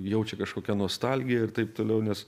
jaučia kažkokią nostalgiją ir taip toliau nes